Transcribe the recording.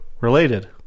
Related